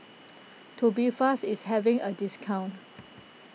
Tubifast is having a discount